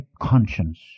conscience